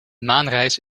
maanreis